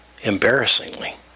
embarrassingly